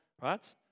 right